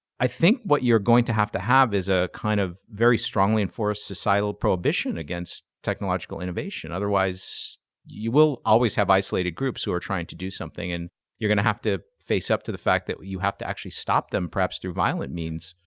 i think what you're going to have to have is a kind of very strongly enforced societal prohibition against technological innovation. otherwise you will always have isolated groups who are trying to do something, and you're gonna have to face up to the fact that you have to actually stop them, perhaps through violent means.